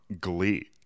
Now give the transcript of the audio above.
Glee